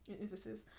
emphasis